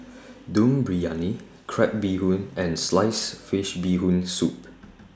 Dum Briyani Crab Bee Hoon and Sliced Fish Bee Hoon Soup